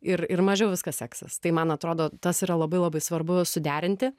ir ir mažiau viskas seksis tai man atrodo tas yra labai labai svarbu suderinti